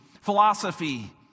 philosophy